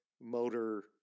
motor